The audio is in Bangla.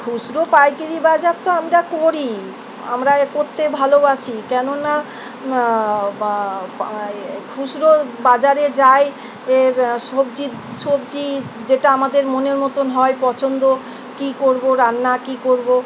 খুচরো পাইকারি বাজার তো আমরা করি আমরা করতে ভালোবাসি কেননা খুচরো বাজারে যাই এ সবজি সবজি যেটা আমাদের মনের মতন হয় পছন্দ কী করবো রান্না কী করবো